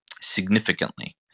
significantly